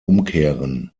umkehren